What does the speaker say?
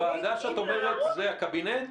הוועדה שאת אומרת זה הקבינט?